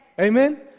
Amen